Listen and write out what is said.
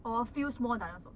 or a few small dinosaur